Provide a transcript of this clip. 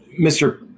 Mr